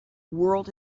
world